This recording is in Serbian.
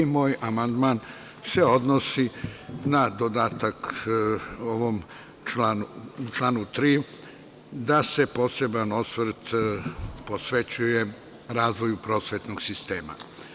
Moj amandman se odnosi na dodatak ovom članu 3. da se poseban osvrt posvećuje razvoju prosvetnog sistema.